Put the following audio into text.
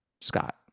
scott